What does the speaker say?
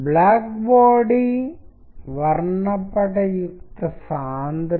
వాస్తవానికి తర్వాత oral dimension పై ఉపన్యాసం ఉన్నప్పుడు సంగీత భాగం జోడించబడుతుంది